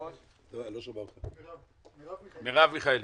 מרב מיכאלי,